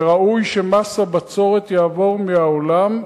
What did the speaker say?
וראוי שמס הבצורת יעבור מהעולם,